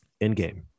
Endgame